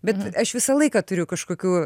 bet aš visą laiką turiu kažkokių